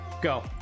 go